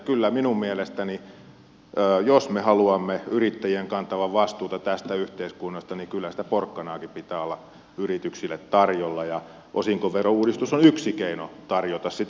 kyllä minun mielestäni jos me haluamme yrittäjien kantavan vastuuta tästä yhteiskunnasta sitä porkkanaakin pitää olla yrityksille tarjolla ja osinkoverouudistus on yksi keino tarjota sitä